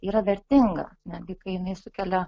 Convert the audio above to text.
yra vertinga netgi kai jinai sukelia